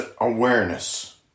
awareness